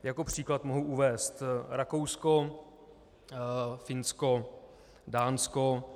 Jako příklad mohu uvést Rakousko, Finsko, Dánsko.